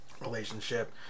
relationship